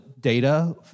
data